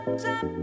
top